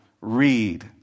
read